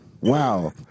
Wow